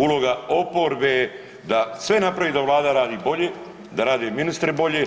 Uloga oporbe je da sve napravi da Vlada napravi bolje, da rade i ministri bolje